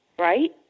Right